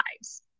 lives